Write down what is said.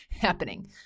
happening